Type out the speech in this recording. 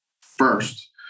First